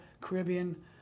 Caribbean